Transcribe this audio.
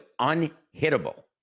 unhittable